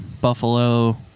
buffalo